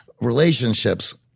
relationships